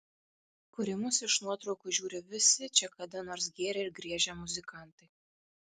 kur į mus iš nuotraukų žiūri visi čia kada nors gėrę ir griežę muzikantai